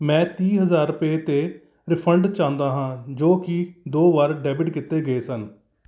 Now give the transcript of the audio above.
ਮੈਂ ਤੀਹ ਹਜ਼ਾਰ ਰੁਪਏ 'ਤੇ ਰਿਫੰਡ ਚਾਹੁੰਦਾ ਹਾਂ ਜੋ ਕਿ ਦੋ ਵਾਰ ਡੈਬਿਟ ਕੀਤੇ ਗਏ ਸਨ